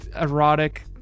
Erotic